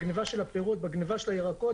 בגניבה של הפירות, בגניבה של הירקות.